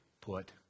put